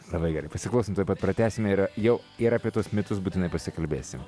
labai gerai pasiklausom tuoj pat pratęsim ir jau ir apie tuos mitus būtinai pasikalbėsim